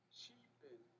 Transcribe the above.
cheapen